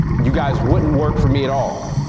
you guys wouldn't work for me at all.